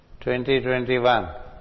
2021